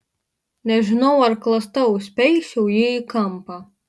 nežinau ar klasta užspeisčiau jį į kampą